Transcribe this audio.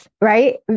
right